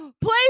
play